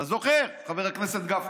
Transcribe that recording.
אתה זוכר, חבר הכנסת גפני?